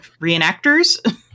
reenactors